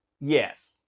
Yes